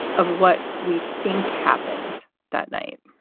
of what we think happened that night?